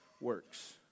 works